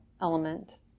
element